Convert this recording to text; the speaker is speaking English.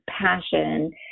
passion